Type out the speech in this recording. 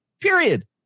Period